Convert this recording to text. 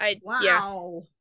Wow